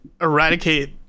eradicate